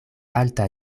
alta